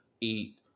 eat